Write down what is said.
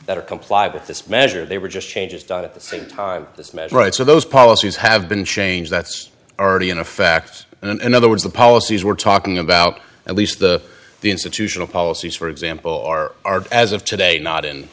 that are complied with this measure they were just changes died at the same time this measure right so those policies have been changed that's already in effect in other words the policies we're talking about at least the the institutional policies for example are as of today not